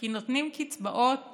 כי נותנים קצבאות